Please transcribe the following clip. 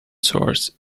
source